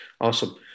awesome